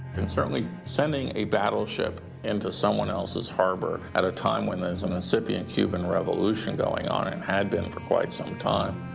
certainly sending a battleship into someone else's harbor at a time when there's an incipient cuban revolution going on and had been for quite some time,